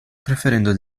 preferendo